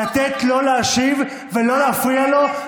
לתת לו להשיב ולא להפריע לו.